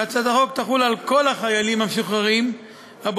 שהצעת החוק תחול על כל החיילים המשוחררים הבודדים,